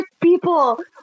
people